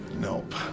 Nope